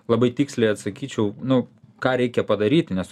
labai tiksliai atsakyčiau nu ką reikia padaryti nes